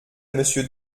monsieur